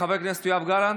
חבר הכנסת יואב גלנט,